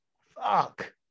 fuck